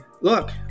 look